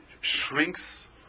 shrinks